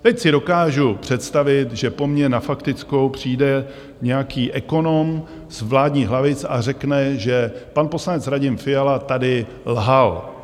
Teď si dokážu představit, že po mně na faktickou přijde nějaký ekonom z vládních hlavic a řekne, že pan poslanec Radim Fiala tady lhal.